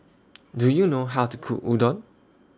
Do YOU know How to Cook Udon